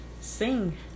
sing